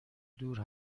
دور